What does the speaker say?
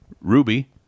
Ruby